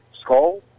skull